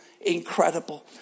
incredible